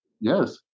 Yes